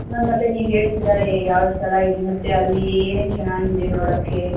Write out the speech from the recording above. ನಾನು ಮತ್ತೆ ನೀವು ಹೇಳ್ತೀರಾ ಯಾವ ಸ್ಥಳ ಇದೆ ಮತ್ತೆ ಅಲ್ಲಿ ಏನೇನು ಚೆನ್ನಾಗಿದೆ ನೋಡೋಕ್ಕೆ